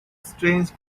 strange